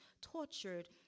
tortured